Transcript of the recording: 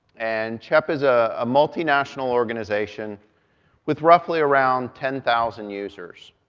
and chep is ah a multinational organization with roughly around ten thousand users.